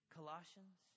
Colossians